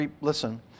listen